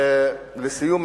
לסיום,